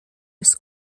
his